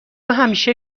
همیشه